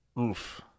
Oof